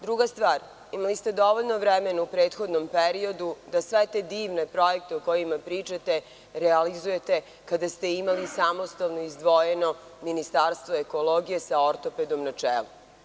Druga stvar, imali ste dovoljno vremena u prethodnom periodu da sve te divne projekte, o kojima pričate, realizujete kada ste imali samostalno i izdvojeno Ministarstvo ekologije sa ortopedom na čelu.